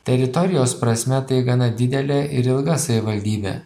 teritorijos prasme tai gana didelė ir ilga savivaldybė